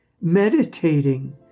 meditating